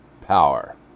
power